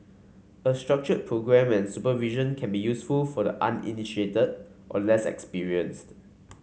a structured programme and supervision can be useful for the uninitiated or less experienced